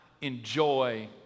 enjoy